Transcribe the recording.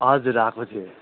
हजुर आएको थियो